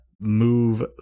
move